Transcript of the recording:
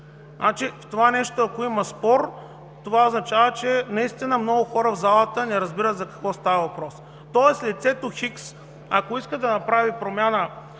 нещо, означава, че наистина много хора в залата не разбират за какво става въпрос. Тоест лицето Х, ако иска да направи промяна